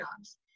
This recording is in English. jobs